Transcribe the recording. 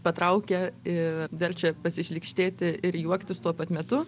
patraukia ir verčia pasišlykštėti ir juoktis tuo pat metu